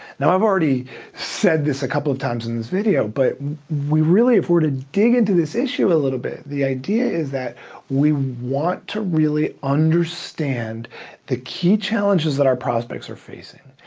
now i've already said this a couple of times in this video, but we really, if we're to dig into this issue a little bit, the idea is that we want to really understand the key challenges that our prospects are facing.